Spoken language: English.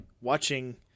Watching